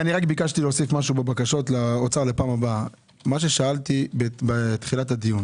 ביקשתי להוסיף משהו בבקשות להוצאה לפעם הבאה מה ששאלתי בתחילת הדיון